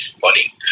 funny